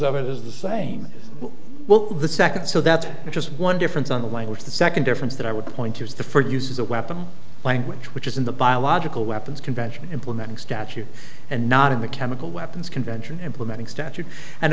of it is the same as well the second so that's just one difference on the language the second difference that i would point to is the for use as a weapon language which is in the biological weapons convention implementing statute and not in the chemical weapons convention implementing statute and